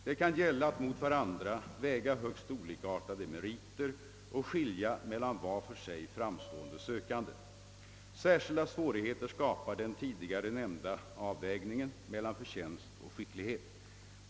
Det kan gälla att mot varandra väga högst olikartade meriter och skilja mellan var för sig framstående sökande. Särskilda svårigheter skapar den tidigare nämnda avvägningen mellan förtjänst och skicklighet.